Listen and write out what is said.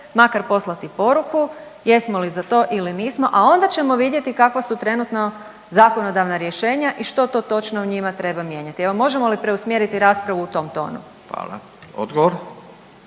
makar poslati poruku jesmo li za to ili nismo, a onda ćemo vidjeti kakva su trenutno zakonodavna rješenja i što to točno u njima treba mijenjati. Evo, možemo li preusmjeriti raspravu u tom tonu? **Radin,